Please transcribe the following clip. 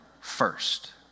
first